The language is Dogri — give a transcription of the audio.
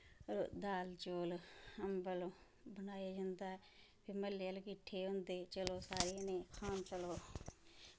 दाल चौल अम्बल बनाया जंदा फ्ही म्हल्ले आह्ले कट्ठे होंदे चलो सारे जने खान चलो